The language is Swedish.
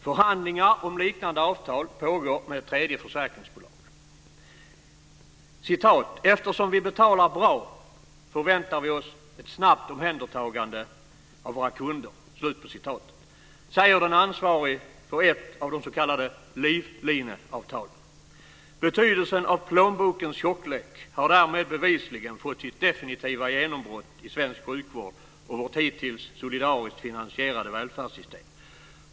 Förhandlingar om liknande avtal pågår med ett tredje försäkringsbolag. "Eftersom vi betalar bra, förväntar vi oss ett snabbt omhändertagande av våra kunder -", säger den ansvarige för ett av de s.k. livlineavtalen. Betydelsen av plånbokens tjocklek har härmed bevisligen fått sitt definitiva genombrott i svensk sjukvård och vårt hittills solidariskt finansierade välfärdssystem.